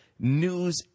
news